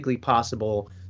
possible